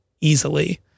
easily